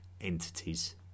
entities